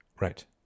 Right